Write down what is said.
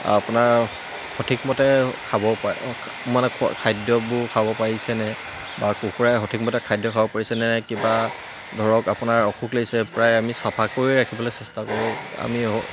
আপোনাৰ সঠিকমতে খাব পাৰ মানে খাদ্যবোৰ খাব পাৰিছেনে বা কুকুৰাই সঠিকমতে খাদ্য খাব পাৰিছেনে কিবা ধৰক আপোনাৰ অসুখ লাগিছে প্ৰায় আমি চাফা কৰি ৰাখিবলৈ চেষ্টা কৰোঁ আমি